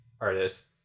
artist